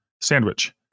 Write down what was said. sandwich